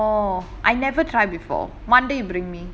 oh I never try before one day you bring me